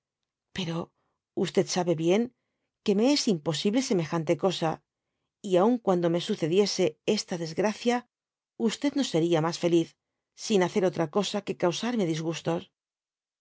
pero sabe bien que me es imposible semejante cosa y aun cuasido me sucediese esta desgracia no seria mas feliz sin hacer otra eosa que causarme dis